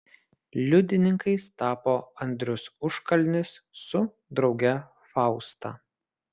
liudininkais tapo andrius užkalnis su drauge fausta